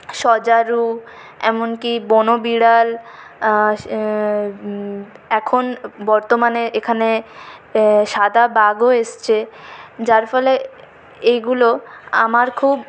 সজারু এমনকি বনবিড়াল এখন বর্তমানে এখানে সাদা বাঘও এসেছে যার ফলে এইগুলো আমার খুব